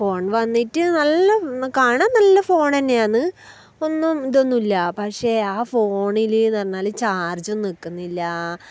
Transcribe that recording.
phone വന്നിട്ട് നല്ല കാണാൻ നല്ല ഫോൺ തന്നെയാന്ന് ഒന്നും ഇതൊന്നുമില്ല പക്ഷേ ആ ഫോണിൽ പറഞ്ഞാൽ ചാർജ് നിൽക്കുന്നില്ല